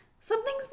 something's